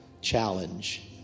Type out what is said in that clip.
challenge